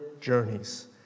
journeys